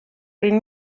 bring